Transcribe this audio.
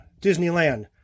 Disneyland